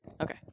Okay